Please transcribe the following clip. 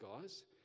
guys